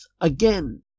again